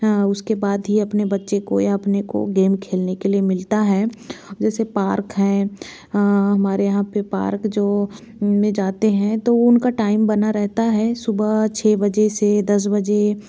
उसके बाद ही अपने बच्चों को अपने को गेम खेलने के लिए मिलता है जैसे पार्क है हमारे यहाँ पे पार्क जो में जाते हैं तो वो उनका टाइम बना रहता है सुबह छ बजे से दस बजे